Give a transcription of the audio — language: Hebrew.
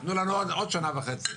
תנו לנו עוד שנה וחצי.